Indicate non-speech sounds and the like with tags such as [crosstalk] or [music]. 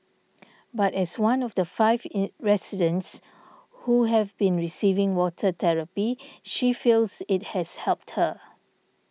but as one of the five [unintelligible] residents who have been receiving water therapy she feels it has helped her